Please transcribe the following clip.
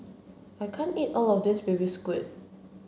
I can't eat all of this baby squid